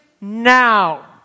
now